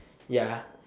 ya